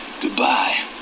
Goodbye